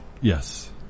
Yes